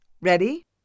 Ready